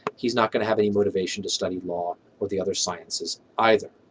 he's not going to have any motivation to study law or the other sciences either.